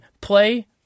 play